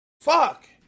Fuck